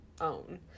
own